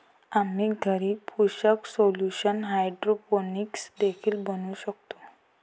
आम्ही घरी पोषक सोल्यूशन हायड्रोपोनिक्स देखील बनवू शकतो